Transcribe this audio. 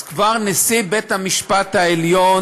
אז כבר נשיא בית-המשפט העליון